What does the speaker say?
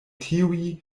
tiuj